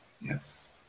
Yes